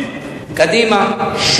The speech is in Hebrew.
קדימה.